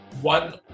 one